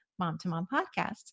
momtomompodcast